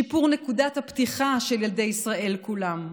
שיפור נקודת הפתיחה של ילדי ישראל כולם,